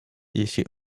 jeśli